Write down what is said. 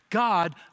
God